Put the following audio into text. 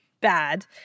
bad